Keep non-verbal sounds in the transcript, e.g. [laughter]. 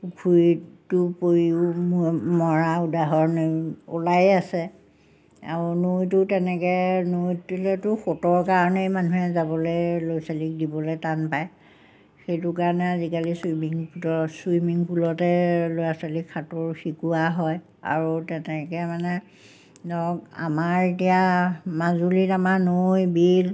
পুখুৰীটো পৰিও মৰা উদাহৰণ ওলায়ে আছে আৰু নৈটো তেনেকৈ নৈ [unintelligible] সোঁতৰ কাৰণেই মানুহে যাবলৈ ল'ৰা ছোৱালীক দিবলে টান পায় সেইটো কাৰণে আজিকালি চুইমিং পুলত চুইমিং পুলতে ল'ৰা ছোৱালীক সাঁতোৰ শিকোৱা হয় আৰু তেনেকৈ মানে ধৰক আমাৰ এতিয়া মাজুলীত আমাৰ নৈ বিল